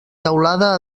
teulada